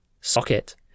Socket